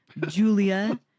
Julia